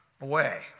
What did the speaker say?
away